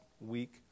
week